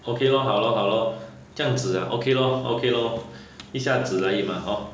okay loh 好 lor 好 lor 这样子 ah okay lor 一下子而已嘛 hor